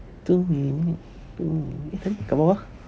two minute two minute tadi tu kat bawah